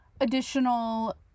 additional